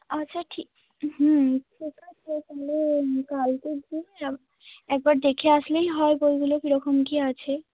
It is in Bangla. আচ্ছা ঠিক হুম ঠিক আছে তাহলে কালকের দিনই একবার দেখে আসলেই হয় বইগুলো কী রকম কী আছে